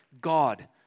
God